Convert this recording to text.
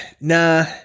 Nah